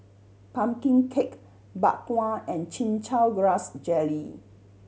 pumpkin cake Bak Kwa and Chin Chow Grass Jelly